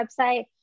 website